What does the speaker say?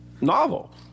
novel